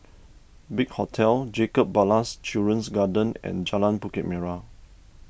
Big Hotel Jacob Ballas Children's Garden and Jalan Bukit Merah